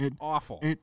awful